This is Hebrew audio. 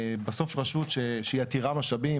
בסוף רשות שהיא עתירת משאבים,